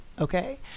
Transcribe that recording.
Okay